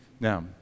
Now